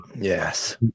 Yes